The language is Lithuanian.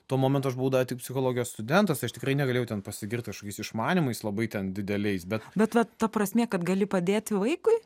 tuo momentu aš buvau dar tik psichologijos studentas tai aš tikrai negalėjau ten pasigirt kažkokiais išmanymais labai ten dideliais bet bet vat ta prasmė kad gali padėti vaikui